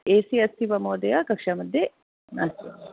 ए C अस्ति वा महोदय कक्षा मध्ये नास्ति